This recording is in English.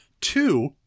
Two